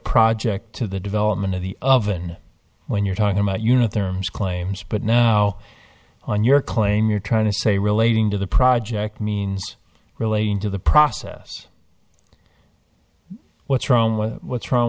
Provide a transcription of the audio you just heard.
project to the development of the oven when you're talking about unit their claims but now on your claim you're trying to say relating to the project means relating to the process what's wrong with what's wrong